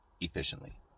efficiently